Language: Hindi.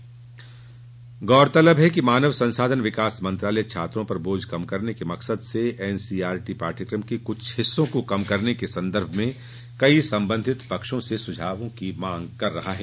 गौरतलब है कि मानव संसाधन विकास मंत्रालय छात्रों पर बोझ कम करने के मकसद से एनसीईआरटी पाठ्यक्रम के कुछ हिस्सों को कम करने के संदर्भ में कई संबंधित पक्षों से सुझाव की मांग कर रहा है